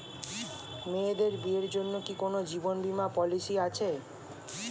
মেয়েদের বিয়ের জন্য কি কোন জীবন বিমা পলিছি আছে?